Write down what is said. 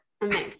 amazing